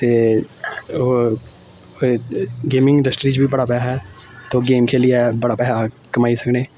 ते ओह् gaming industry च बी बड़ा पैहा ऐ त ओह् गेम खेलियै बड़ा पैहा कमाई सकने